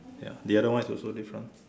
ya the other one is also different